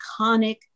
iconic